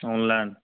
online